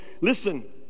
Listen